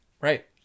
right